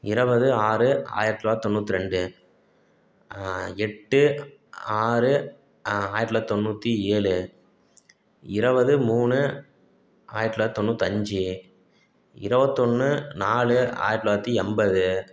இரபது ஆறு ஆயிரத்தி தொள்ளாயிரத்தி தொண்ணூற்றி ரெண்டு எட்டு ஆறு ஆயிரத்தி தொள்ளாயிரத்தி தொண்ணூற்றி ஏழு இருவது மூணு ஆயிரத்தி தொள்ளாயிரத்தி தொண்ணூத்தஞ்சு இருபத்தொன்னு நாலு ஆயிரத்தி தொள்ளாயிரத்தி எண்பது